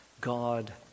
God